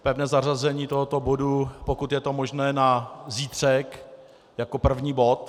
Pevné zařazení tohoto bodu, pokud je to možné, na zítřek jako první bod.